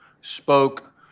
spoke